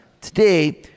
today